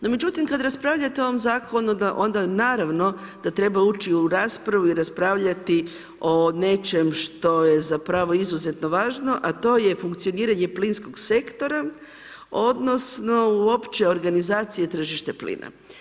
No međutim kad raspravljate o ovom zakonu, onda naravno da treba ući u raspravu i raspravljati o nečem što je zapravo izuzetno važno, a to je funkcioniranje plinskog sektora odnosno uopće organizaciji tržišta plina.